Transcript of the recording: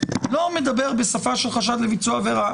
לא מדבר בשפה של חשד לביצוע עבירה,